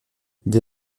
dès